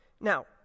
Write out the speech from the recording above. Now